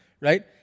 right